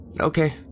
Okay